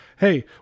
hey